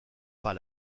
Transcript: pas